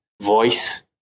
voice